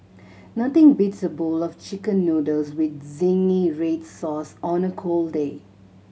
nothing beats a bowl of Chicken Noodles with zingy red sauce on a cold day